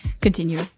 Continue